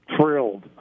Thrilled